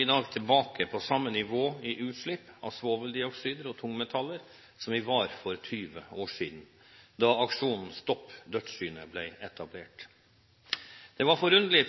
i dag tilbake på samme nivå når det gjelder utslipp av svoveldioksider og tungmetaller som vi var for 20 år siden, da aksjonen «Stopp dødsskyene» ble etablert. Det var forunderlig